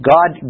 God